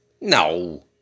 No